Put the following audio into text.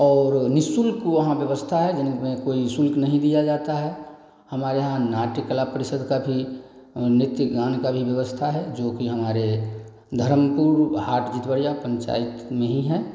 और निःशुल्क वहाँ व्यवस्था है जिनमें कोई शुल्क नही दिया जाता है हमारे यहाँ नाट्य कला परिषद का भी नृत्य गान का भी व्यवस्था है जोकि हमारे धर्मपुर हाट जितवरिया पंचायत में ही है